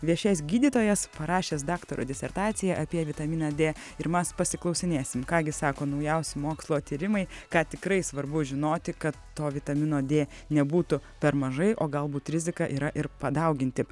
viešėjęs gydytojas parašęs daktaro disertaciją apie vitaminą dė ir mes pasiklausinėsim ką gi sako naujausi mokslo tyrimai ką tikrai svarbu žinoti kad to vitamino dė nebūtų per mažai o galbūt rizika yra ir padauginti